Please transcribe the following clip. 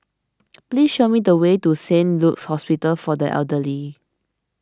please show me the way to Saint Luke's Hospital for the Elderly